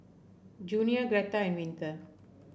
Junia Greta and Winter